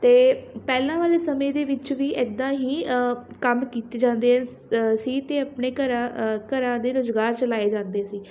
ਅਤੇ ਪਹਿਲਾਂ ਵਾਲੇ ਸਮੇਂ ਦੇ ਵਿੱਚ ਵੀ ਇੱਦਾਂ ਹੀ ਕੰਮ ਕੀਤੇ ਜਾਂਦੇ ਸੀ ਅਤੇ ਆਪਣੇ ਘਰਾਂ ਘਰਾਂ ਦੇ ਰੁਜ਼ਗਾਰ ਚਲਾਏ ਜਾਂਦੇ ਸੀ